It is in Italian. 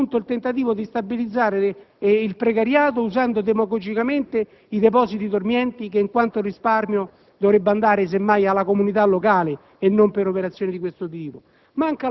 come è, appunto, il tentativo di stabilizzare il precariato usando demagogicamente i depositi dormienti che in quanto risparmio dovrebbe andare semmai alla comunità locale e non ad operazioni di questo tipo.